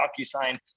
DocuSign